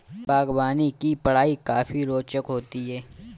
बागवानी की पढ़ाई काफी रोचक होती है